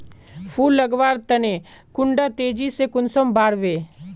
फुल लगवार तने कुंडा तेजी से कुंसम बार वे?